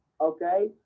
Okay